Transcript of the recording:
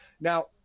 now